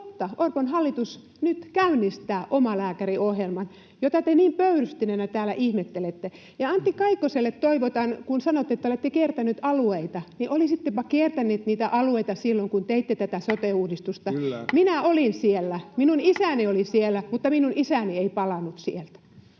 Orpon hallitus nyt käynnistää omalääkäriohjelman, jota te niin pöyristyneinä täällä ihmettelette. Antti Kaikkoselle: Kun sanoitte, että olette kiertäneet alueita, niin toivon, että olisittepa kiertäneet niitä silloin, kun teitte tätä sote-uudistusta. Minä olin siellä, minun isäni oli siellä, mutta minun isäni ei palannut sieltä.